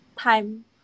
time